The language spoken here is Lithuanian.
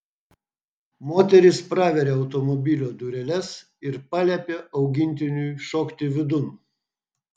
moteris praveria automobilio dureles ir paliepia augintiniui šokti vidun